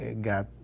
got